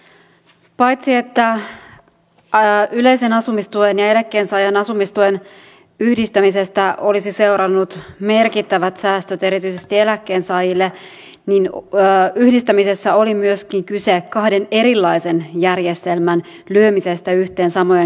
paitsi että yleisen asumistuen ja eläkkeensaajan asumistuen yhdistämisestä olisi seurannut merkittävät säästöt erityisesti eläkkeensaajille niin yhdistämisessä oli myöskin kyse kahden erilaisen järjestelmän lyömisestä yhteen samojen kriteerien alle